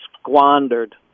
squandered